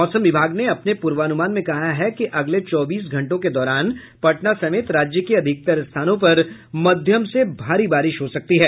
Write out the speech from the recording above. मौसम विभाग ने अपने पूर्वानुमान में कहा है कि अगले चौबीस घंटों के दौरान पटना समेत राज्य के अधिकतर स्थानों पर मध्यम से भारी बारिश हो सकती है